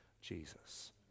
Jesus